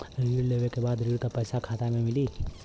ऋण लेवे के बाद ऋण का पैसा खाता में मिली?